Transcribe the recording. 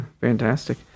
fantastic